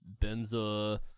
Benza